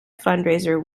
fundraiser